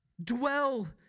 dwell